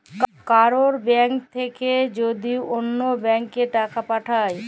কারুর ব্যাঙ্ক থাক্যে যদি ওল্য ব্যাংকে টাকা পাঠায়